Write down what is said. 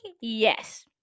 yes